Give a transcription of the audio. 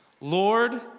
Lord